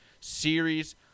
series